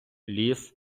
ліс